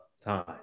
time